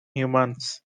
humans